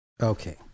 Okay